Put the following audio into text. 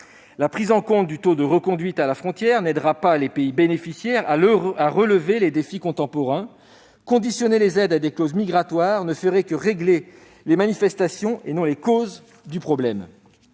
La prise en compte du taux de reconduite à la frontière n'aidera pas les pays bénéficiaires à relever les défis contemporains. Conditionner les aides à des clauses migratoires ne ferait que régler les manifestations du problème,